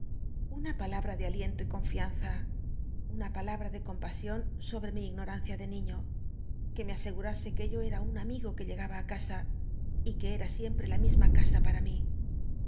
una palabra rlc aliento y con una palabra de tom asion sobr'c mi ignomncia de niiio que me a cgurasc que yo era un mrigo que ll gaba á cas y que cm siempre la nrisnra crtsrt para mí